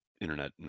internet